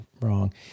wrong